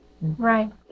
Right